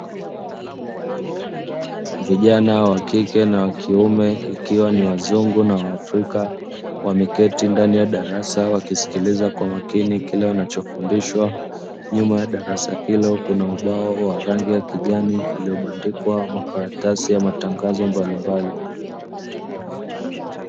Vijana wa kike na wa kiume ikiwa ni wazungu na waafrika, wameketi ndani ya darasa wakisikiliza kwa makini kile wanachofundishwa. Nyuma ya darasa hilo kuna ubao wa rangi ya kijani; uliobandikwa makaratasi ya matangazo mbalimbali.